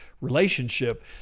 relationship